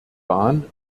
bahn